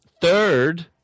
Third